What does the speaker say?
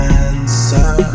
answer